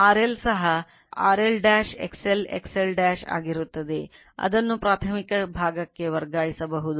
RL ಸಹ RL XL XL ಆಗಿರುತ್ತದೆ ಅದನ್ನು ಪ್ರಾಥಮಿಕ ಭಾಗಕ್ಕೆ ವರ್ಗಾಯಿಸಬಹುದು